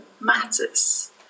matters